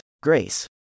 Grace